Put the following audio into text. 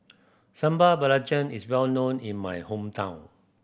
Sambal Belacan is well known in my hometown